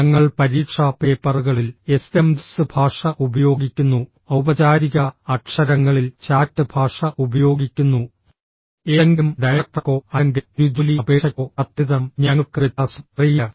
ഞങ്ങൾ പരീക്ഷാ പേപ്പറുകളിൽ എസ്എംഎസ് ഭാഷ ഉപയോഗിക്കുന്നു ഔപചാരിക അക്ഷരങ്ങളിൽ ചാറ്റ് ഭാഷ ഉപയോഗിക്കുന്നു ഏതെങ്കിലും ഡയറക്ടർക്കോ അല്ലെങ്കിൽ ഒരു ജോലി അപേക്ഷയ്ക്കോ കത്തെഴുതണം ഞങ്ങൾക്ക് വ്യത്യാസം അറിയില്ല